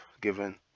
given